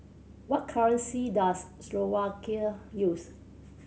what currency does Slovakia use